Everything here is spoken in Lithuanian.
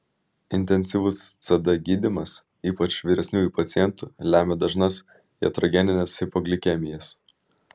intensyvus cd gydymas ypač vyresnių pacientų lemia dažnas jatrogenines hipoglikemijas